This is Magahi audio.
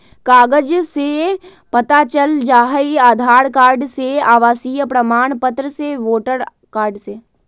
कागज से पता चल जाहई, आधार कार्ड से, आवासीय प्रमाण पत्र से, वोटर कार्ड से?